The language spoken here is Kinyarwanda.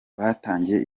batangije